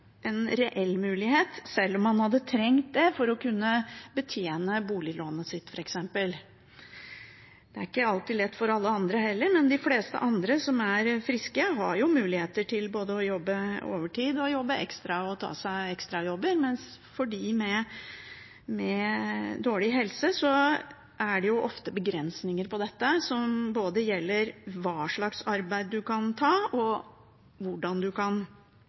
reell mulighet, sjøl om man hadde trengt det for å kunne betjene f.eks. boliglånet sitt. Det er ikke alltid lett for andre heller, men de fleste som er friske, har jo mulighet til både å jobbe overtid, jobbe ekstra og å ta seg ekstrajobber, mens for dem med dårlig helse er det ofte begrensninger på dette, både når det gjelder hva slags arbeid en kan ta, og